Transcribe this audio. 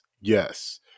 Yes